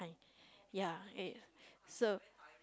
ya it so